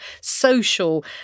social